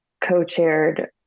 co-chaired